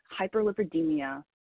hyperlipidemia